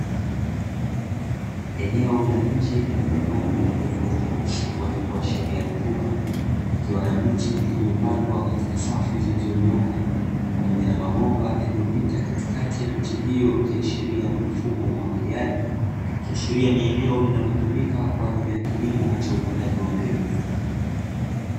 Eneo la nje, lenye udongo wenye rangi nyeusi wenye kuashiria rutuba, ikiwa na miche iliyopandwa katika safu zilizonyooka pamoja na mabomba yaliyopita katikati ya miche hiyo, ikiashiria ni mfumo umwagiliaji, ikiashiria ni eneo linalotumika kwa ajili ya kilimo cha upandaji wa mbegu.